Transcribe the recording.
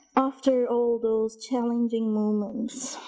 after all those challenging moments